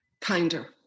kinder